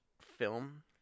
film